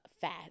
fat